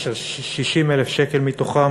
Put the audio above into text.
אשר 60,000 שקל מתוכם